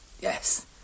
Yes